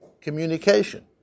communication